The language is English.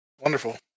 Wonderful